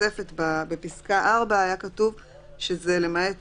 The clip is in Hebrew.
בתוספת בפסקה (4) היה כתוב שזה למעט